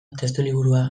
testuliburua